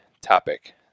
topic